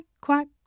quack